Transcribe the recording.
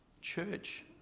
Church